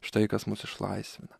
štai kas mus išlaisvina